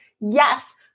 Yes